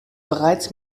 bereits